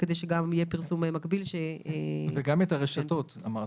גם לעניין הרשתות.